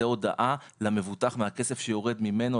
זו הודעה למבוטח על הכסף שיורד ממנו,